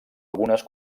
algunes